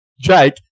Jake